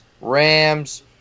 Rams